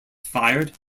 fired